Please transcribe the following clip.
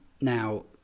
Now